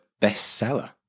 bestseller